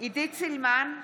עידית סילמן,